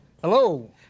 Hello